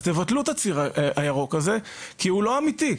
אז תבטלו את הציר הירוק הזה, כי הוא לא אמיתי.